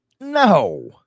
no